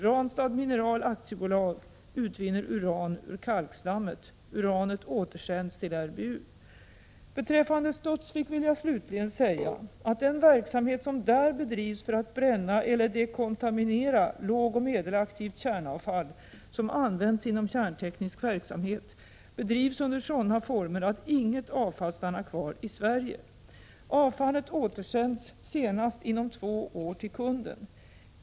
Ranstad Mineral AB utvinner uran ur kalkslammet. Uranet återsänds till RBU. Beträffande Studsvik vill jag slutligen säga att den verksamhet som där bedrivs för att bränna eller dekontaminera lågoch medelaktivt kärnavfall som använts inom kärnteknisk verksamhet bedrivs under sådana former att inget avfall stannar kvar i Sverige. Avfallet återsänds senast inom två år till kunden.